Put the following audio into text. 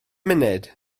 munud